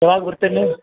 ಯಾವಾಗ ಬರ್ತೀರಿ ನೀವು